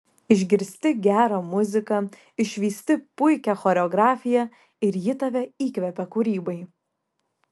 išgirsti gerą muziką išvysti puikią choreografiją ir ji tave įkvepia kūrybai